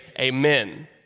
Amen